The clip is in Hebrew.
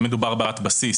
אם מדובר בעבירת בסיס,